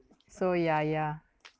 so ya ya